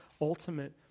ultimate